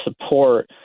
support